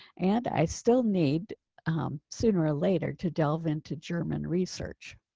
and i still need sooner or later to delve into german research.